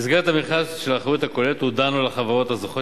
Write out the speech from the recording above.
במסגרת המכרז של האחריות הכוללת הודענו לחברות הזוכות